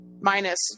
minus